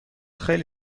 خیلی